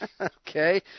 okay